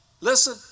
Listen